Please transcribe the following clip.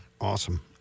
Awesome